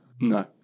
No